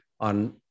on